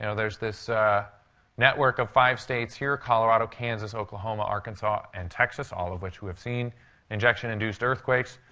you know there's this network of five states here colorado, kansas, oklahoma, arkansas, and texas, all of which who have seen injection-induced earthquakes,